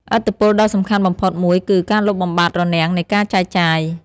ឥទ្ធិពលដ៏សំខាន់បំផុតមួយគឺ ការលុបបំបាត់រនាំងនៃការចែកចាយ។